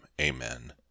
Amen